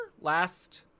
Last